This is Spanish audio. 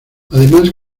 además